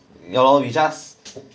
ya lor you just